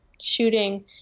shooting